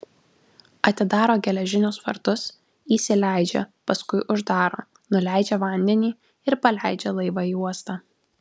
atidaro geležinius vartus įsileidžia paskui uždaro nuleidžia vandenį ir paleidžia laivą į uostą